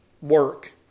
work